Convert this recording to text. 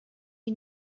you